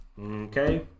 Okay